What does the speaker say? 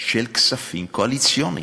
של כספים קואליציוניים.